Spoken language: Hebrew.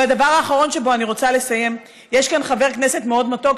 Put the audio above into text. והדבר האחרון שבו אני רוצה לסיים: יש כאן חבר כנסת מאוד מתוק,